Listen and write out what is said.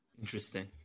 Interesting